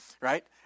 right